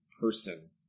person